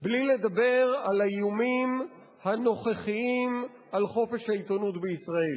בלי לדבר על האיומים הנוכחיים על חופש העיתונות בישראל,